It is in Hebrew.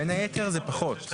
בין היתר זה פחות,